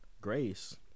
Grace